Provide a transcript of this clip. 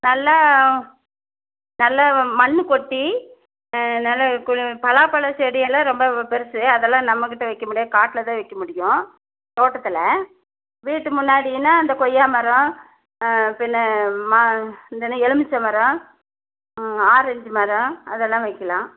நல்லா நல்லா மண்ணு கொட்டி நல்ல கொஞ்சம் பலாப்பழம் செடியெல்லாம் ரொம்ப பெருசு அதெல்லாம் நம்மகிட்ட வைக்க முடியாது காட்டில் தான் வைக்க முடியும் தோட்டத்தில் வீட்டு முன்னாடின்னா இந்த கொய்யா மரோம் பின்ன மா இந்தென்ன எலுமிச்ச்சை மரம் ஆரேஞ்ச் மரம் அதெல்லாம் வைக்கிலாம்